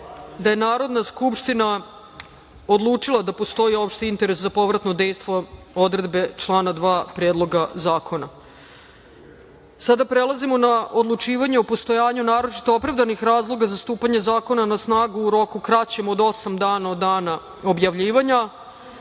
da je Narodna skupština odlučila da postoji opšti interes za povratno dejstvo odredbe člana 2. Predloga zakona. Prelazimo na odlučivanje o postojanju naročito opravdanih razloga za stupanje zakona na snagu u roku kraćem od osam dana od dana objavljivanja. Podsećam